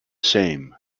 same